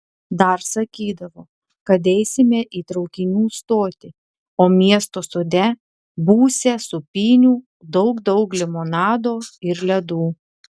dar sakydavo kad eisime į traukinių stotį o miesto sode būsią sūpynių daug daug limonado ir ledų